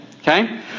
Okay